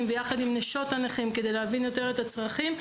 ויחד עם נשות הנכים כדי להבין יותר את הצרכים,